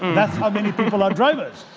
that's how many people are drivers,